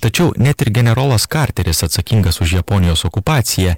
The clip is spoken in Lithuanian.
tačiau net ir generolas karteris atsakingas už japonijos okupaciją